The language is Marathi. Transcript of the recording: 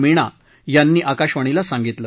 मीणा यांनी आकाशवाणीला सांगितलं